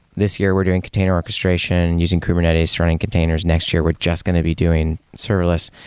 this year we're doing container orchestration using kubernetes running containers. next year we're just going to be doing serverless.